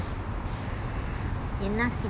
என்னா செஞ்:enna senj